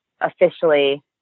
officially